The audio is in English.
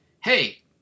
Hey